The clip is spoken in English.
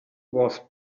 was